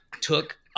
took